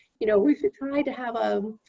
you know, we should try to have a